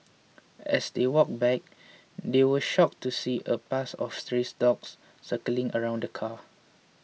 as they walked back they were shocked to see a pack of stray dogs circling around the car